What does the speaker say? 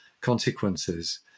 consequences